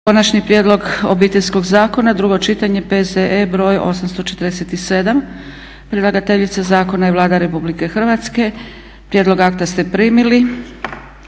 Konačni prijedlog Obiteljskog zakona, drugo čitanje, P.Z.E. br. 847 Predlagateljica zakona je Vlada Republike Hrvatske. Prijedlog akta ste primili.